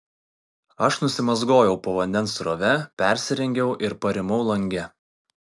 aš nusimazgojau po vandens srove persirengiau ir parimau lange